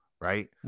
right